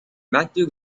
matthew